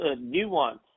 nuance